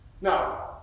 Now